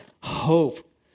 hope